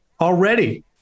already